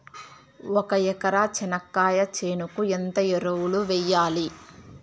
ఒక ఎకరా చెనక్కాయ చేనుకు ఎంత ఎరువులు వెయ్యాలి?